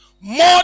more